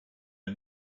had